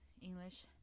English